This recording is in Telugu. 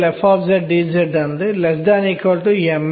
ఛార్జ్ e సార్లు చుట్టూ తిరిగే పౌనఃపున్యం